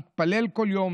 מתפלל כל יום,